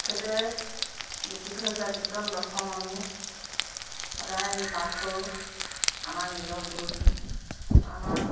তেখেতে লিখি থৈ যোৱা কীৰ্তন দশম আমি সদায় আমি পাঠ কৰোঁ আমাৰ নিজৰ গুৰুগৃহত আমাৰ